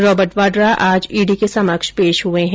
Robert Vadra आज ED के समक्ष पेश हुए हैं